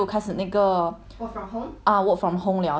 ah work from home liao C_B 不就开始 mah circuit breaker liao